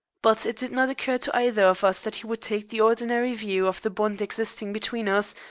but it did not occur to either of us that he would take the ordinary view of the bond existing between us,